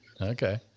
Okay